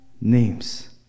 names